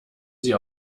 sie